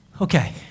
Okay